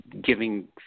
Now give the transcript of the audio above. giving